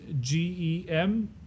G-E-M